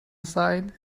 aside